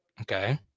Okay